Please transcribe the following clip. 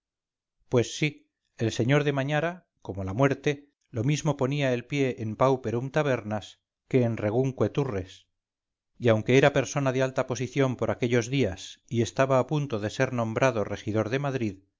pues sí el sr de mañara como la muerte lo mismo ponía el pie en pauperum tabernas que en regumque turres y aunque era persona de alta posición por aquellos días y estaba a punto de ser nombrado regidor de madrid